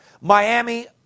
Miami